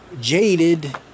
jaded